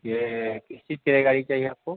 ये किसके लिए गाड़ी चाहिए आपको